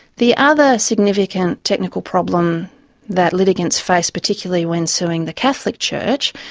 the other significant technical problem that litigants face, particularly when suing the catholic church,